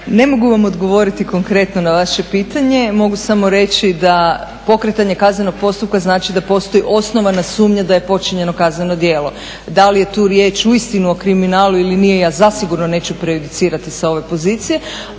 Ne mogu vam odgovoriti konkretno na vaše pitanje, mogu samo reći da pokretanje kaznenog postupka znači da postoji osnovana sumnja da je počinjeno kazneno djelo. Dali je tu riječ uistinu o kriminalu ili nije ja zasigurno neću prejudicirati sa ove pozicije,